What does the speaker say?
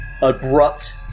abrupt